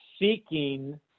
seeking